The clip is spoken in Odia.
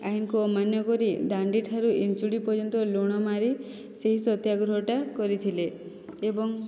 ଆଇନକୁ ଅମାନ୍ୟ କରି ଦାଣ୍ଡିଠାରୁ ଇଞ୍ଚୁଡ଼ି ପର୍ଯ୍ୟନ୍ତ ଲୁଣ ମାରି ସେହି ସତ୍ୟାଗ୍ରହଟା କରିଥିଲେ ଏବଂ